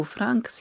Frank